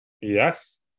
Yes